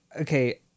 okay